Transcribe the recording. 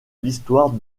l’histoire